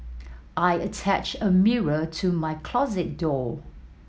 I attached a mirror to my closet door